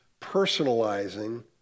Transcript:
personalizing